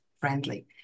friendly